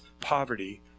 poverty